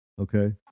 Okay